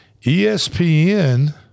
ESPN